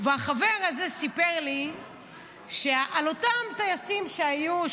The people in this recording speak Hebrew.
והחבר הזה סיפר לי על אותם טייסים שהיו,